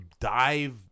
dive